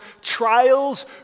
trials